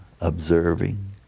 observing